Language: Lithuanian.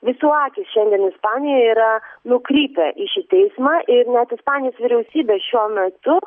visų akys šiandien ispanijoje yra nukrypę į šį teismą ir net ispanijos vyriausybė šiuo metu